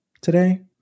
today